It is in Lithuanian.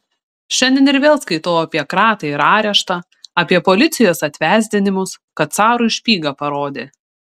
šiandien ir vėl skaitau apie kratą ir areštą apie policijos atvesdinimus kad carui špygą parodė